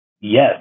yes